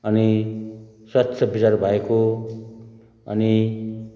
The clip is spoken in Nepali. अनि स्वच्छ विचार भएको अनि